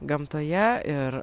gamtoje ir